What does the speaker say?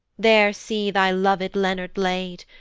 there see thy lov'd leonard laid,